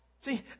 See